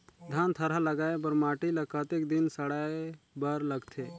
धान थरहा लगाय बर माटी ल कतेक दिन सड़ाय बर लगथे?